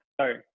Sorry